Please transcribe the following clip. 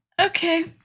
Okay